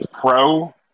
pro